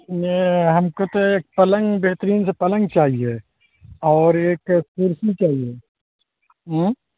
میں ہم کو تو ایک پلنگ بہترین سا پلنگ چاہیے اور ایک کرسی چاہیے ہوں